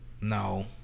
No